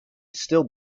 still